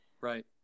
Right